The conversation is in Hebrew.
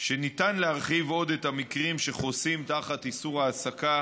היא שניתן להרחיב עוד את המקרים שחוסים תחת איסור העסקה